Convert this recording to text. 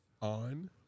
On